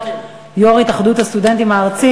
היה יושב-ראש התאחדות הסטודנטים.